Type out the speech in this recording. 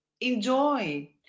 enjoy